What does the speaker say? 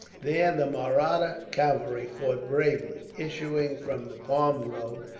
there the mahratta cavalry fought bravely. issuing from the palm grove,